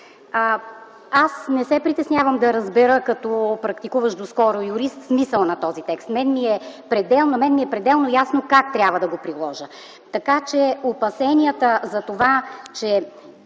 Аз не се притеснявам да разбера като практикуващ доскоро юрист смисъла на този текст. На мен ми е пределно ясно как трябва да го приложа. Така че опасенията, че